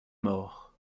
mort